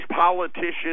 politicians